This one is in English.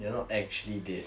you're not actually dead